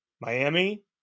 Miami